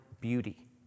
beauty